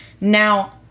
Now